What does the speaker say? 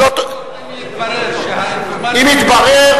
בסוף, אם יתברר שהאינפורמציה שהוא מסר, אם יתברר,